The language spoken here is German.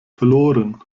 verloren